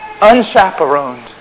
unchaperoned